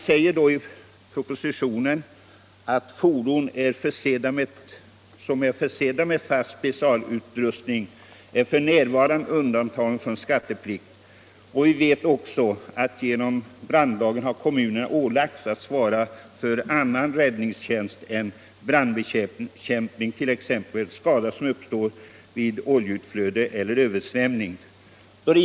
I propositionen sägs följande: ”Brandfordon som är försedda med fast specialutrustning är f. n. undantagna från skatteplikt.” Vi vet också att genom brandlagen har kommunerna ålagts att svara för annan räddningstjänst än brandbekämpning, t.ex. skada som uppstår vid oljeutflöde eller översvämning.